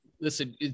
Listen